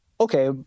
okay